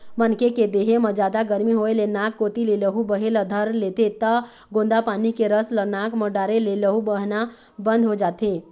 मनखे के देहे म जादा गरमी होए ले नाक कोती ले लहू बहे ल धर लेथे त गोंदा पाना के रस ल नाक म डारे ले लहू बहना बंद हो जाथे